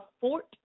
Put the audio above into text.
fort